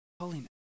Holiness